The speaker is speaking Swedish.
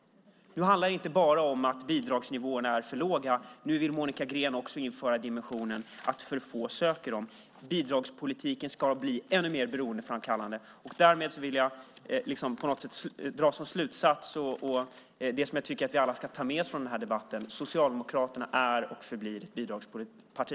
Nu handlar det inte bara om att bidragsnivåerna är för låga. Nu vill Monica Green också införa dimensionen att för få söker dem. Bidragspolitiken ska bli ännu mer beroendeframkallande. Min slutsats blir, och det tycker jag att vi alla ska ta med oss från den här debatten, att Socialdemokraterna är och förblir ett bidragsparti.